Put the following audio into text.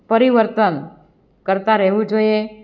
પરિવર્તન કરતાં રહેવું જોઈએ